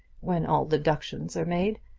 when all deductions are made.